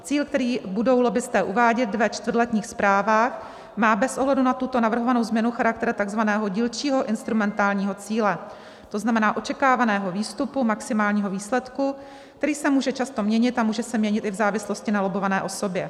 Cíl, který budou lobbisté uvádět ve čtvrtletních zprávách, má bez ohledu na tuto navrhovanou změnu charakter takzvaného dílčího instrumentálního cíle, to znamená očekávaného výstupu, maximálního výsledku, který se může často měnit a může se měnit i v závislosti na lobbované osobě.